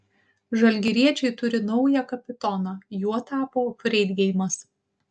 žalgiriečiai turi naują kapitoną juo tapo freidgeimas